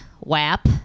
WAP